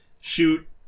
shoot